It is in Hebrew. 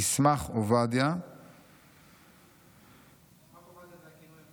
ישמ"ח עובדיה" ישמ"ח עובדיה זה הכינוי,